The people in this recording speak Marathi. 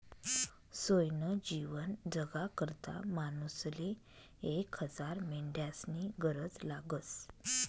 सोयनं जीवन जगाकरता मानूसले एक हजार मेंढ्यास्नी गरज लागस